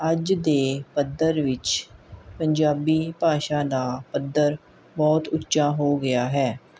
ਅੱਜ ਦੇ ਪੱਧਰ ਵਿੱਚ ਪੰਜਾਬੀ ਭਾਸ਼ਾ ਦਾ ਪੱਧਰ ਬਹੁਤ ਉੱਚਾ ਹੋ ਗਿਆ ਹੈ